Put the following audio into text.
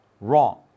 wrong